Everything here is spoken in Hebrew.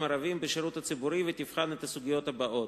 ערבים בשירות הציבורי ותבחן את הסוגיות הבאות: